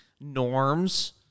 norms